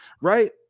right